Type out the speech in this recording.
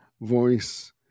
voice